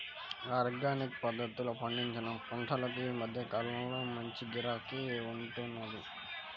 organic పద్ధతిలో పండించిన పంటలకు ఈ మధ్య కాలంలో మంచి గిరాకీ ఉంటున్నది